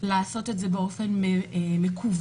לעשות את זה באופן מקוון.